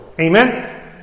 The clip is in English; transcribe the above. Amen